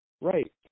Right